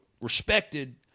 respected